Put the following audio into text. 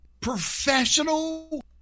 professional